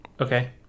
Okay